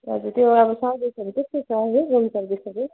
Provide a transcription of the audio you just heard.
हजुर त्यो अब सर्भिसहरू कस्तो छ रुम सर्भिसहरू